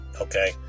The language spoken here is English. Okay